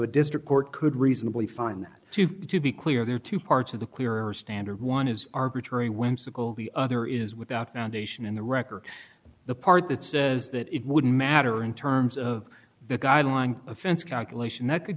a district court could reasonably fun to be clear there are two parts of the clearer standard one is arbitrary whimsical the other is without foundation in the record the part that says that it wouldn't matter in terms of the guideline offense calculation that could